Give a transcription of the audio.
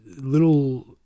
little